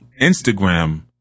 Instagram